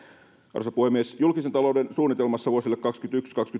arvoisa puhemies julkisen talouden suunnitelmassa vuosille kaksikymmentäyksi